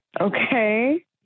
Okay